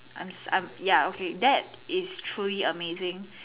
I'm I'm ya okay that is truly amazing